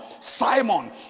Simon